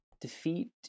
defeat